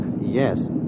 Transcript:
Yes